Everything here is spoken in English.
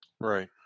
Right